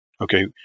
Okay